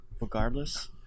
regardless